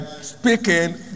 speaking